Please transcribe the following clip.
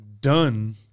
done